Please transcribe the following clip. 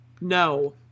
no